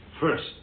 First